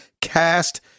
cast